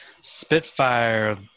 spitfire